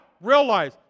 Realize